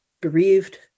bereaved